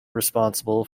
responsible